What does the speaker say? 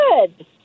good